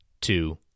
two